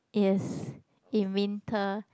yes in winter